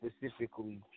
specifically